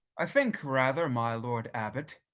i think rather, my lord abbot,